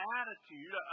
attitude